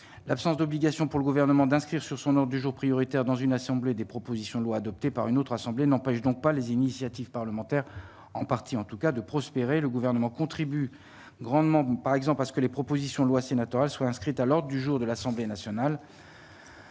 l'absence d'obligation pour le gouvernement d'inscrire sur son hôte du jour prioritaire dans une assemblée des propositions de loi adoptée par une autre assemblée n'empêche donc pas les initiatives parlementaires en partie en tout cas de prospérer le gouvernement contribue grandement vous par exemple, parce que les propositions de loi sénatoriale soit inscrite à l'heure du jour de l'Assemblée nationale.